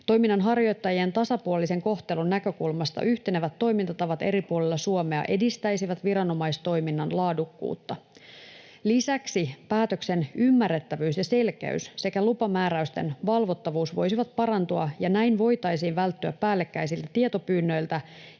Toiminnanharjoittajien tasapuolisen kohtelun näkökulmasta yhtenevät toimintatavat eri puolilla Suomea edistäisivät viranomaistoiminnan laadukkuutta. Lisäksi päätöksen ymmärrettävyys ja selkeys sekä lupamääräysten valvottavuus voisivat parantua, ja näin voitaisiin välttyä päällekkäisiltä tietopyynnöiltä